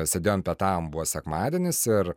sėdėjom pietavom buvo sekmadienis ir